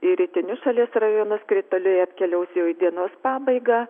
į rytinius šalies rajonus krituliai atkeliaus jau į dienos pabaigą